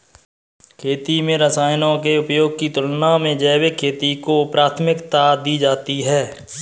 खेती में रसायनों के उपयोग की तुलना में जैविक खेती को प्राथमिकता दी जाती है